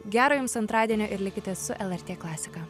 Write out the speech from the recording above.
gero jums antradienio ir likite su lrt klasika